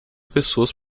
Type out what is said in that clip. pessoas